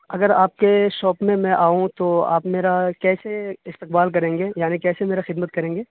اگر آپ کے شاپ میں میں آؤں تو آپ میرا کیسے استقبال کریں گے یعنی کیسے میرا خدمت کریں گے